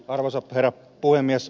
arvoisa herra puhemies